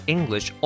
English